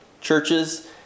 churches